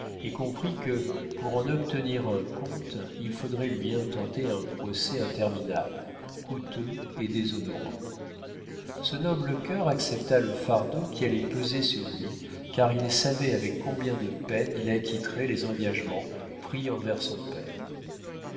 et comprit que pour en obtenir un compte il faudrait lui intenter un procès interminable coûteux et déshonorant ce noble cœur accepta le fardeau qui allait peser sur lui car il savait avec combien de peines il acquitterait les engagements pris envers son père